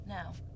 Now